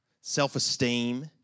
self-esteem